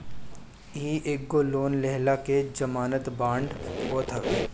इ एगो लोन लेहला के जमानत बांड होत हवे